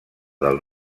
del